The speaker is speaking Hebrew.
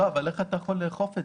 איך אתה יכול לאכוף את